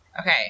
Okay